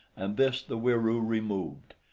and this the wieroo removed.